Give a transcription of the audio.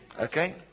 Okay